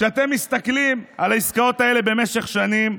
כשאתם מסתכלים על העסקאות האלה במשך שנים,